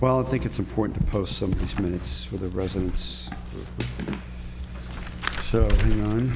while i think it's important to post some minutes for the residents so